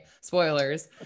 spoilers